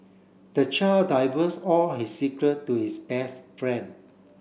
the child diverse all his secret to his best friend